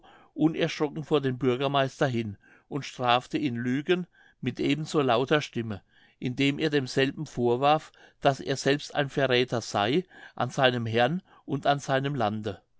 unerschrocken vor den bürgermeister hin und strafte ihn lügen mit eben so lauter stimme indem er demselben vorwarf daß er selbst ein verräther sey an seinem herrn und an seinem lande